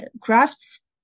crafts